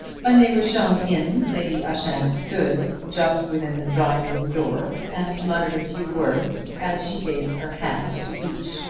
when they were shown in lady ushant stood just within the drawing-room door and muttered a few words as she gave her hand to each.